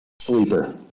Sleeper